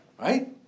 Right